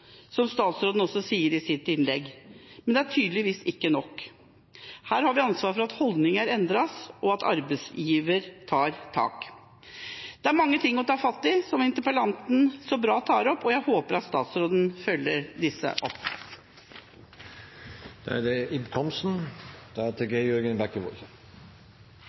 som statsråden også sa i sitt innlegg, men det er tydeligvis ikke nok. Her har vi ansvar for at holdninger endres, og at arbeidsgiver tar tak. Det er mange ting å ta fatt i, som interpellanten så bra tar opp, og jeg håper at statsråden følger disse opp. Alle mennesker er